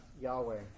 Yahweh